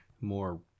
more